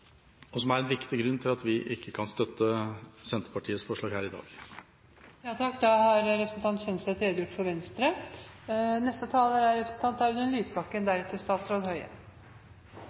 og som er en viktig grunn til at vi ikke kan støtte Senterpartiets forslag her i